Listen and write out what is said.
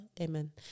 amen